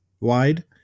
wide